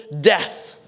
death